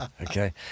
Okay